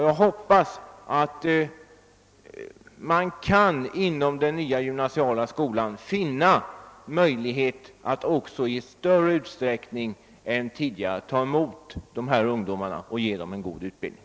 Jag hoppas att det inom den nya gymnasieskolan skall bli möjligt att i större utsträckning än ti digare ta emot dessa ungdomar och ge dem en god utbildning.